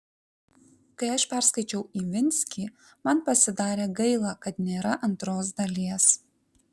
kai aš perskaičiau ivinskį man pasidarė gaila kad nėra antros dalies